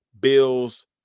Bills